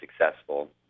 successful